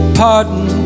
pardon